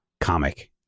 comic